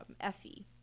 Effie